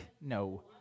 No